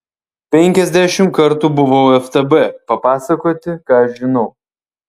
penkiasdešimt kartų buvau ftb papasakoti ką žinau